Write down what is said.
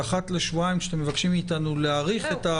שאחת לשבועיים, כשאתם מבקשים מאיתנו להאריך.